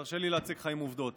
תרשה לי להציק לך עם עובדות.